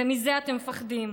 מזה אתם מפחדים.